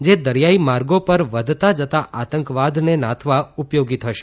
જે દરિયાઇ પર માર્ગો વધતા જતા આતંકવાદને નાથવા ઉપયોગી થશે